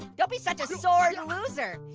don't be such a sword loser.